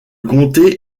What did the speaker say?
comté